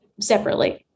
separately